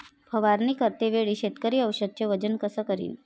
फवारणी करते वेळी शेतकरी औषधचे वजन कस करीन?